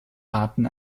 arten